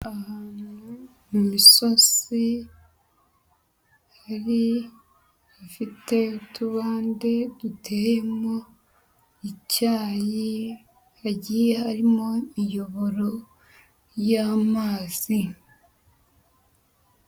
Ahantu mu misozi hari hafite utubande duteyemo icyayi, hagiye harimo imiyoboro y'amazi.